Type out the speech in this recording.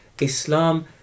Islam